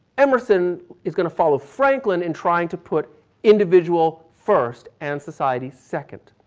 emerson is going to follow franklin in trying to put individual first and society second.